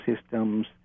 systems